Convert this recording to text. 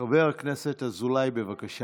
הצעות לסדר-היום מס'